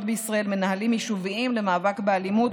בישראל מנהלים יישוביים למאבק באלימות,